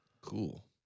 cool